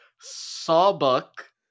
Sawbuck